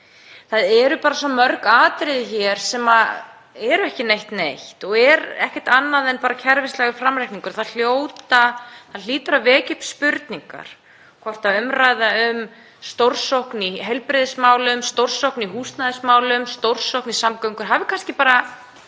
Það eru bara svo mörg atriði hér sem eru ekki neitt, neitt og eru ekkert annað en bara kerfislægur framreikningur. Það hlýtur að vekja upp spurningar um hvort umræða um stórsókn í heilbrigðismálum, stórsókn í húsnæðismálum, stórsókn í samgöngum